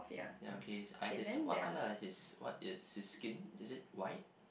ya okay I his what kind of his what is his skin is it white